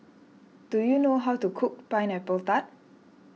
do you know how to cook Pineapple Tart